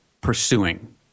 pursuing